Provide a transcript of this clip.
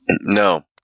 no